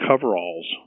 coveralls